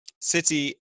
City